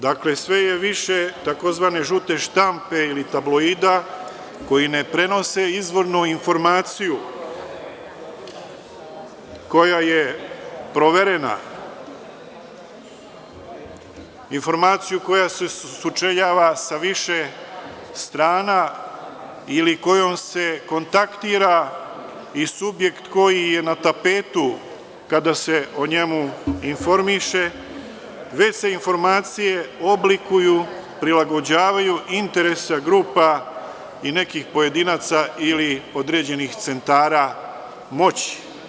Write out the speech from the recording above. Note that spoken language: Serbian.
Dakle, sve je više tzv. žute štampe ili tabloida, koji ne prenose izvorno informaciju koja je proverena, informaciju koja se sučeljava sa više strana ili kojom se kontaktira i subjekt koji je na tapetu kada se o njemu informiše, već se informacije oblikuju, prilagođavaju interesu grupa i nekih pojedinaca ili određenih centara moći.